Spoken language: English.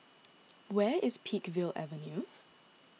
Where is Peakville Avenue